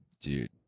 Dude